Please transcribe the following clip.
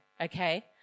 okay